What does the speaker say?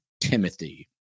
Timothy